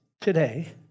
today